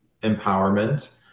empowerment